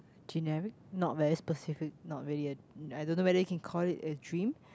generic not very specific not really a I don't know whether you can call it a dream